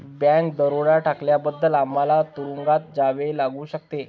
bank दरोडा टाकल्याबद्दल आम्हाला तुरूंगात जावे लागू शकते